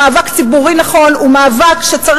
הוא מאבק ציבורי נכון,